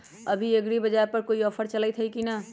अभी एग्रीबाजार पर कोई ऑफर चलतई हई की न?